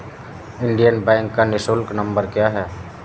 Indian bank का निःशुल्क नंबर क्या है?